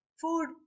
Food